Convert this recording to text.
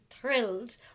thrilled